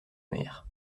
mer